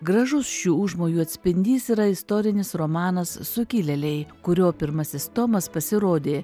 gražus šių užmojų atspindys yra istorinis romanas sukilėliai kurio pirmasis tomas pasirodė